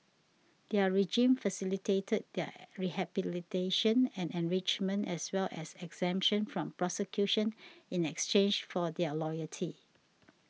their regime facilitated their rehabilitation and enrichment as well as exemption from prosecution in exchange for their loyalty